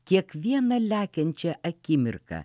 kiekvieną lekiančią akimirką